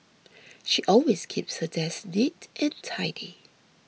she always keeps her desk neat and tidy